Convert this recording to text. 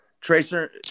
Tracer